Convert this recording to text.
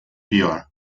pior